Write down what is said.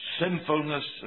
sinfulness